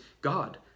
God